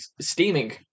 steaming